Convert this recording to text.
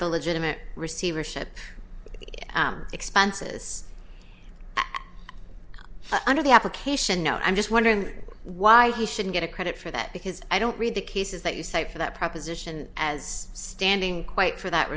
the legitimate receivership expenses under the application note i'm just wondering why he should get a credit for that because i don't read the cases that you cite for that proposition as standing quite for that